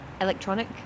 electronic